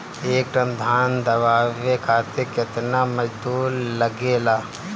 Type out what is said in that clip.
एक टन धान दवावे खातीर केतना मजदुर लागेला?